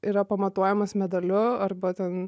yra pamatuojamas medaliu arba ten